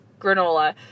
granola